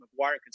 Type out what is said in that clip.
McGuire